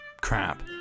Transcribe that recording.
crap